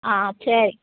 ஆ சரி